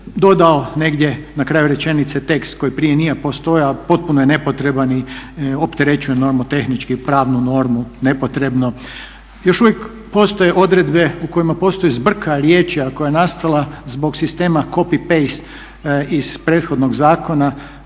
dodao negdje na kraju rečenice tekst koji prije nije postojao, a potpuno je nepotreban i opterećuje nomotehnički pravnu normu nepotrebno. Još uvijek postoje odredbe u kojima postoji zbrka riječi, a koja je nastala zbog sistema copy-paste iz prethodnog zakona